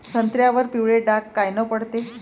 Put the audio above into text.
संत्र्यावर पिवळे डाग कायनं पडते?